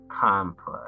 complex